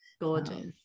Gorgeous